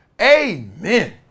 Amen